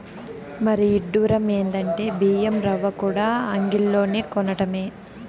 మరీ ఇడ్డురం ఎందంటే బియ్యం రవ్వకూడా అంగిల్లోనే కొనటమే